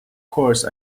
course